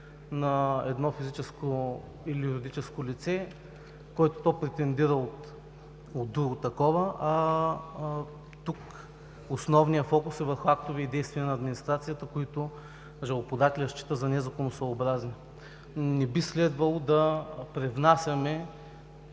на физическо или юридическо лице, който то претендира от друго. Тук основният фокус е върху актове и действия на администрацията, които жалбоподателят счита за незаконосъобразни. Не би следвало да привнасяме